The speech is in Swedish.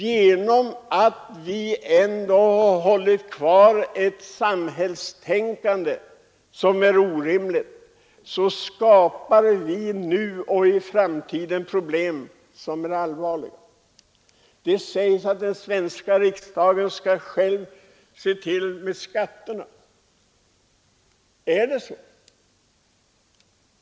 Genom att vi hållit kvar ett samhällstänkande som är orimligt skapar vi alltså nu och i framtiden allvarliga problem. Det sägs att den svenska riksdagen själv skall bestämma om skatterna. Är det så?